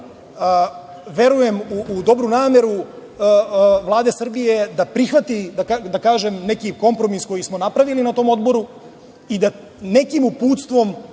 verujem u dobru nameru Vlade Srbije da prihvati neki kompromis koji smo napravili na tom odboru i da nekim uputstvom